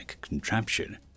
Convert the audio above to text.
contraption